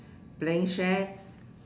playing shares